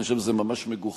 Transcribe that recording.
אני חושב שזה ממש מגוחך,